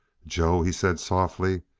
joe, he said softly,